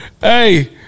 Hey